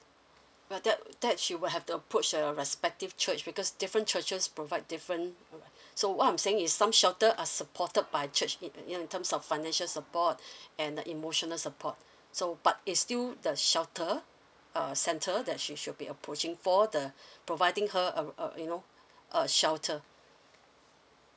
but that that she will have to approach the respective church because different churches provide different so what I'm saying is some shelter are supported by church in in terms of financial support and the emotional support so but it's still the shelter uh center that she should be approaching for the providing her uh uh you know a shelter